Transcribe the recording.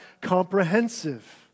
comprehensive